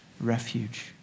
refuge